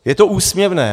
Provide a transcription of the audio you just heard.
Je to úsměvné.